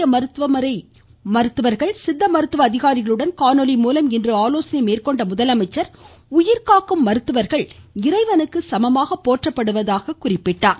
இந்திய மருத்துவமுறை மருத்துவர்கள் சித்த மருத்துவ அதிகாரிகளுடன் காணொலி மூலம் இன்று ஆலோசனை மேற்கொண்ட முதலமைச்சர் உயிர்காக்கும் மருத்துவர்கள் இறைவனுக்கு சமமாக போற்றப்படுவதாக பாராட்டு தெரிவித்தார்